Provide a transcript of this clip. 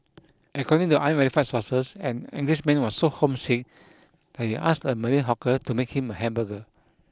according to unverified sources an Englishman was so homesick that he asked a Malay hawker to make him a hamburger